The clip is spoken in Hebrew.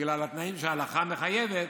בגלל התנאים שההלכה מחייבת,